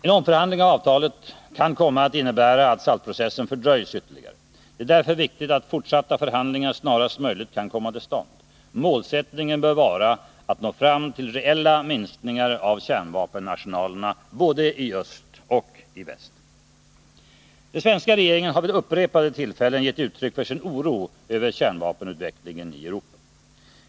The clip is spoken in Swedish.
En omförhandling av avtalet kan komma att innebära att SALT-processen fördröjs ytterligare. Det är därför viktigt att fortsatta förhandlingar snarast möjligt kan komma till stånd. Målsättningen bör vara att nå fram till reella minskningar av kärnvapenarsenalerna i både öst och väst. Den svenska regeringen har vid upprepade tillfällen gett uttryck för sin oro över kärnvapenutvecklingen i Europa.